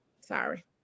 Sorry